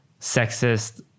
sexist